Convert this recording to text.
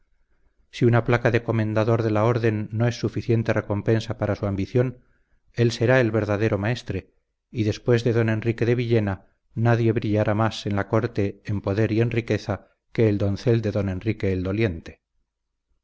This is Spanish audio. si una placa de comendador de la orden no es suficiente recompensa para su ambición él será el verdadero maestre y después de don enrique de villena nadie brillará más en la corte en poder y en riqueza que el doncel de don enrique el doliente